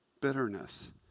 Bitterness